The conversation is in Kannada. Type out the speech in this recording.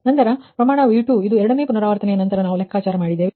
ನಂತರ ಪ್ರಮಾಣ V2 ಇದು ಎರಡನೇ ಪುನರಾವರ್ತನೆಯ ನಂತರ ನಾವು ಲೆಕ್ಕಾಚಾರ ಮಾಡಿದ್ದೇವೆ